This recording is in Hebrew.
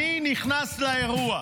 אני נכנס לאירוע.